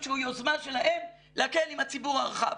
שהוא יוזמה שלהם להקל עם הציבור הרחב.